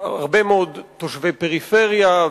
הרבה מאוד תושבי פריפריה,